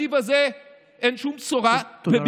בתקציב הזה אין שום בשורה, תודה רבה.